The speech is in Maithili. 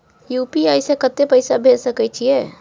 यु.पी.आई से कत्ते पैसा भेज सके छियै?